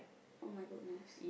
oh-my-goodness